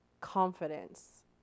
confidence